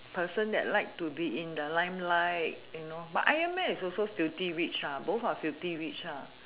person that like to be in the lime light you know but iron man is also filthy rich ah both are filthy rich ah